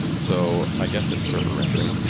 so i guess, it's server rendering.